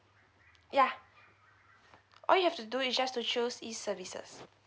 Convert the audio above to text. yeah all you have to do is just to choose e services